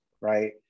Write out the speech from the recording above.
right